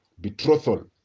betrothal